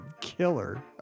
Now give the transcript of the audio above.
killer